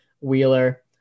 Wheeler